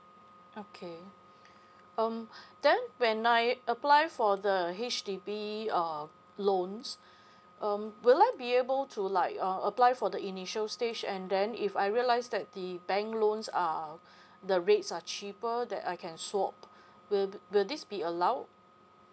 okay um then when I apply for the H_D_B uh loans um will I be able to like uh apply for the initial stage and then if I realize that the bank loans are the rates are cheaper that I can swap will will this be allowed